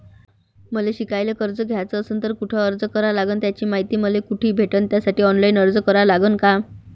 मले शिकायले कर्ज घ्याच असन तर कुठ अर्ज करा लागन त्याची मायती मले कुठी भेटन त्यासाठी ऑनलाईन अर्ज करा लागन का?